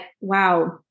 wow